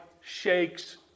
shakes